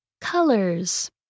Colors